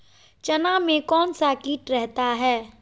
चना में कौन सा किट रहता है?